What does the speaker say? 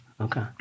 Okay